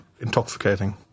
intoxicating